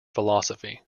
philosophy